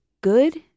good